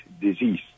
disease